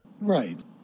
Right